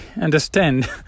understand